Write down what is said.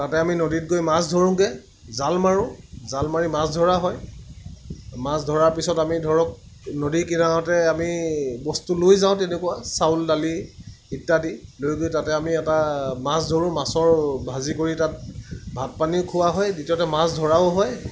তাতে আমি নদীত গৈ মাছ ধৰোঁগৈ জাল মাৰোঁ জাল মাৰি মাছ ধৰা হয় মাছ ধৰাৰ পিছত আমি ধৰক নদীৰ কিনাৰতে আমি বস্তু লৈ যাওঁ তেনেকুৱা চাউল দালি ইত্যাদি লৈ গৈ তাতে আমি এটা মাছ ধৰোঁ মাছৰ ভাজি কৰি তাত ভাত পানী খোৱা হয় দ্বিতীয়তে মাছ ধৰাও হয়